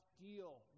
deal